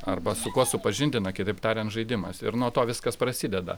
arba su kuo supažindina kitaip tariant žaidimas ir nuo to viskas prasideda